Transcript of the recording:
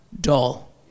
dull